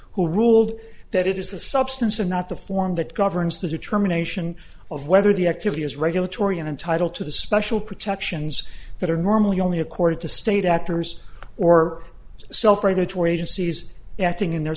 who ruled that it is the substance and not the form that governs the determination of whether the activity is regulatory and entitled to the special protections that are normally only accorded to state actors or self regulatory agencies acting in their